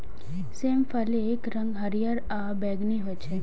सेम फलीक रंग हरियर आ बैंगनी होइ छै